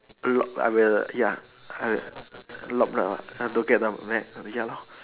lock I will ya I'll lock the have to get them back ya lor